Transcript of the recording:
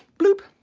bloop.